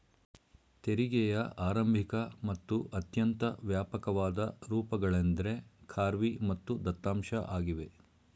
ತೆರಿಗೆಯ ಆರಂಭಿಕ ಮತ್ತು ಅತ್ಯಂತ ವ್ಯಾಪಕವಾದ ರೂಪಗಳೆಂದ್ರೆ ಖಾರ್ವಿ ಮತ್ತು ದತ್ತಾಂಶ ಆಗಿವೆ